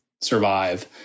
survive